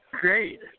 Great